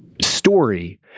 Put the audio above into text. story